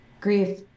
Grief